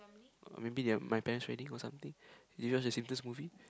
oh maybe they're my parents wedding or something did you watch the Simpsons movie